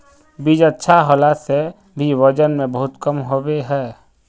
बीज अच्छा होला से भी वजन में बहुत कम होबे है?